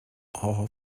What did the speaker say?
all